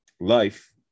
life